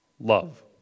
love